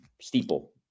steeple